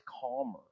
calmer